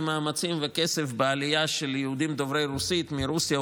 מאמצים וכסף בעלייה של יהודים דוברי רוסית מרוסיה,